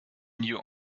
knew